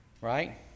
right